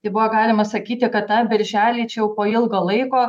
tai buvo galima sakyti kad tą birželį čia jau po ilgo laiko